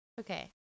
Okay